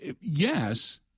yes